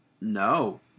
No